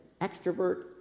extrovert